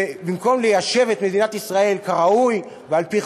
שבמקום ליישב את מדינת ישראל כראוי ועל-פי